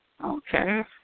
Okay